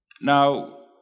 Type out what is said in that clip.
Now